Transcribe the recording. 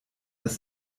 das